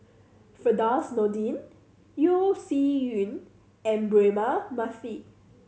Firdaus Nordin Yeo Shih Yun and Braema Mathi